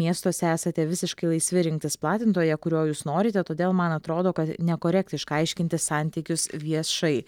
miestuose esate visiškai laisvi rinktis platintoją kurio jūs norite todėl man atrodo kad nekorektiška aiškintis santykius viešai